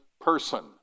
person